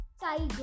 tiger